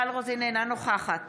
אינה נוכחת